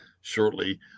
shortly